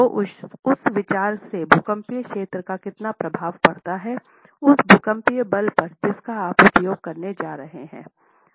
तो उस विचार से भूकंपीय क्षेत्र का कितना प्रभाव पड़ता है उस भूकंपीय बल पर जिसका आप उपयोग करने जा रहे हैं